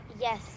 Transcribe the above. Yes